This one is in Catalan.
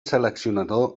seleccionador